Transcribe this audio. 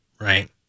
right